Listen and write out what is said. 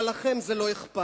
אבל לכם זה לא אכפת.